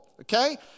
okay